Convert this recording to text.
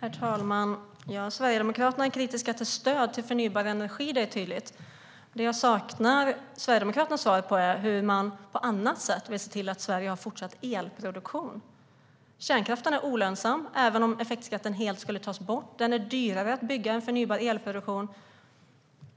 Herr talman! Sverigedemokraterna är kritiska till stöd till förnybar energi. Det är tydligt. Men jag saknar Sverigedemokraternas svar på hur man på annat sätt vill se till att Sverige har fortsatt elproduktion. Kärnkraften är olönsam även om effektskatten helt skulle tas bort. Den är dyrare att bygga än förnybar elproduktion.